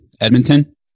Edmonton